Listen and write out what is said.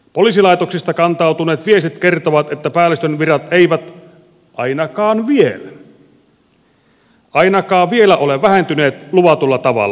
poliisilaitoksista kantautuneet viestit kertovat että päällystön virat eivät ainakaan vielä ainakaan vielä ole vähentyneet luvatulla tavalla